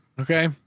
Okay